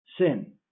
sin